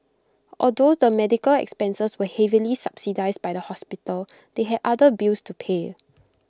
although the medical expenses were heavily subsidised by the hospital they had other bills to pay